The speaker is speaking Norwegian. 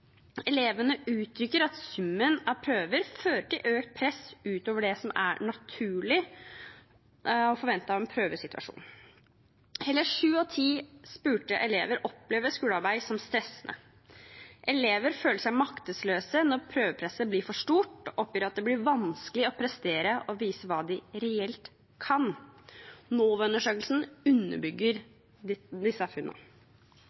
Elevene uttrykker at summen av prøver fører til økt press utover det som naturlig er forventet av en prøvesituasjon. Hele sju av ti spurte elever opplever skolearbeid som stressende. Elever føler seg maktesløse når prøvepresset blir for stort, og oppgir at det blir vanskelig å prestere og vise hva de reelt kan. NOVA-undersøkelsen underbygger disse funnene.